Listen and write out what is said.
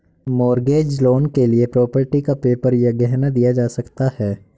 mortgage loan के लिए property का पेपर या गहना दिया जा सकता है